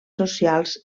socials